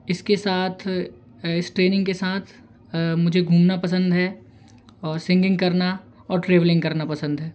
इसके साथ इस ट्रेनिंग के साथ मुझे घूमना पसंद है और सिंगिंग करना और ट्रैवलिंग करना पसंद है